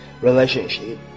relationship